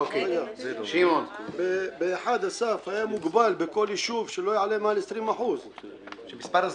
--- הסף היה מוגבל בכל יישוב שלא יעלה מעל 20% בהגרלה.